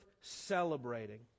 celebrating